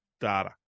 data